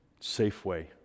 Safeway